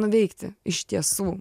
nuveikti iš tiesų